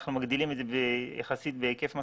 אנחנו מגדילים את זה יחסית בהיקף משמעותי.